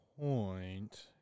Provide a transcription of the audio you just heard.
point